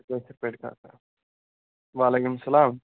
وعلیکُم السَلام